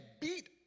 beat